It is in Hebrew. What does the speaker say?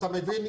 אתה מבין,